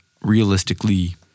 realistically